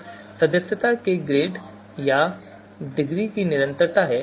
तो सदस्यता के ग्रेड या डिग्री की निरंतरता है